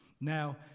Now